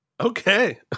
Okay